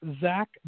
Zach